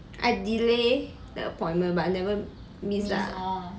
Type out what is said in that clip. I delay the appointment but I never miss ah